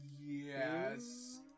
Yes